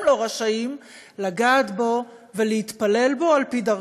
שהם לא רשאים לגעת בו ולהתפלל בו על פי דרכם.